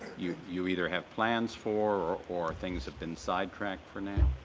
you you either have plans for or things have been sidetracked for now?